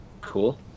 Cool